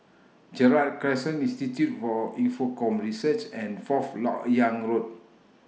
Gerald Crescent Institute For Infocomm Research and Fourth Lok Yang Road